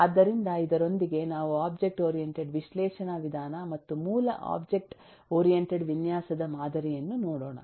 ಆದ್ದರಿಂದ ಇದರೊಂದಿಗೆ ನಾವು ಒಬ್ಜೆಕ್ಟ್ ಓರಿಯೆಂಟೆಡ್ ವಿಶ್ಲೇಷಣಾ ವಿಧಾನ ಮತ್ತು ಮೂಲ ಒಬ್ಜೆಕ್ಟ್ ಓರಿಯೆಂಟೆಡ್ ವಿನ್ಯಾಸದ ಮಾದರಿಯನ್ನು ನೋಡೋಣ